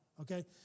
Okay